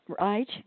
right